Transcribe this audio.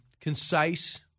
concise